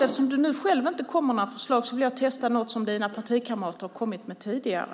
Eftersom du nu själv inte kommer med några förslag vill jag testa något som dina partikamrater har kommit med tidigare.